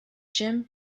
jim